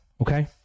okay